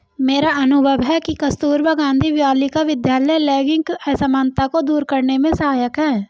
मेरा अनुभव है कि कस्तूरबा गांधी बालिका विद्यालय लैंगिक असमानता को दूर करने में सहायक है